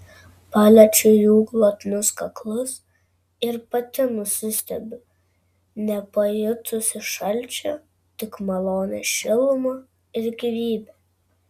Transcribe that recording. paliečiu jų glotnius kaklus ir pati nusistebiu nepajutusi šalčio tik malonią šilumą ir gyvybę